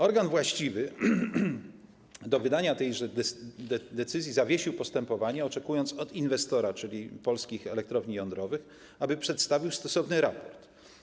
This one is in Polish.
Organ właściwy do wydania tejże decyzji zawiesił postępowanie, oczekując od inwestora, czyli Polskich Elektrowni Jądrowych, aby przedstawił stosowny raport.